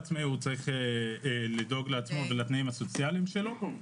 כל עצמאי צריך לדאוג לעצמו ולתנאים הסוציאליים שלו.